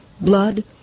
blood